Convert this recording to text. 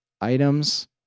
items